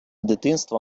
дитинства